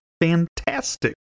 fantastic